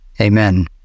Amen